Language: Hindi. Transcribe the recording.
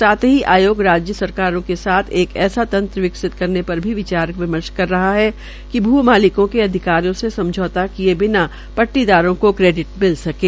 साथ ही आयोग राज्यों सरकारों के साथ एक ऐसा तंत्र विकसित करने पर भी विचार विमर्श कर रहा है कि भ् मालिकों के अधिकारों से समझौता किये बिना पट्टीदारों को क्रेडिट मिल सकें